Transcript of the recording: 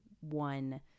one